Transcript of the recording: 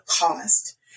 cost